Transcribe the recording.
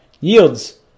yields